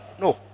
no